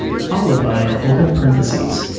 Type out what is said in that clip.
followed by an open parenthesis.